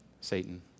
Satan